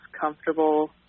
comfortable